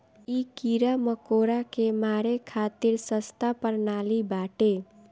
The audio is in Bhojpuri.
इ कीड़ा मकोड़ा के मारे खातिर सस्ता प्रणाली बाटे